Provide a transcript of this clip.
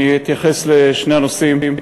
אני אתייחס לשני הנושאים.